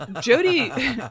Jody